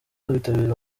bitabira